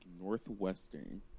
Northwestern